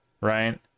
right